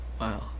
Wow